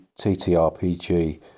ttrpg